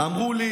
אמרו לי